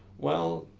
well,